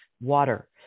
water